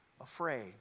afraid